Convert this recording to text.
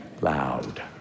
loud